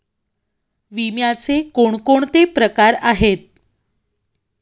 विम्याचे कोणकोणते प्रकार आहेत?